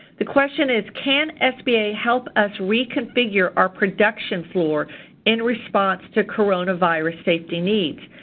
the question is, can sba help us reconfigure our production floor in response to coronavirus safety needs?